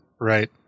Right